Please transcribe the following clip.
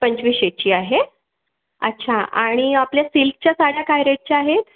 पंचवीसशेची आहे अच्छा आणि आपल्या सिल्कच्या साड्या काय रेटच्या आहेत